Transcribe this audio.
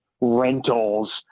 rentals